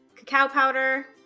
cacao powder,